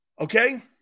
Okay